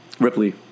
Ripley